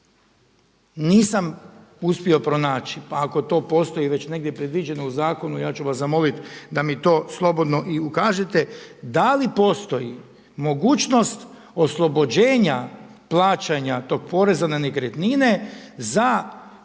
nisam uspio pronaći pa ako to postoji već negdje predviđeno u zakonu ja ću vas zamoliti da mi to slobodno i ukažete, da li postoji mogućnost oslobođenja plaćanja tog poreza na nekretnine za one